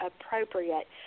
appropriate